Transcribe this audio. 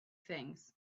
things